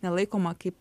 nelaikoma kaip